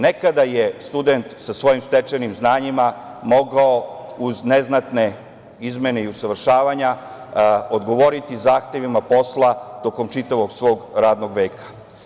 Nekada je student sa svojim stečenim znanjima mogao uz neznatne izmene i usavršavanja odgovoriti zahtevima posla tokom čitavog svog radnog veka.